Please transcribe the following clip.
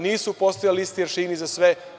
Nisu postojali isti aršini za sve.